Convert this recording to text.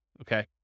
Okay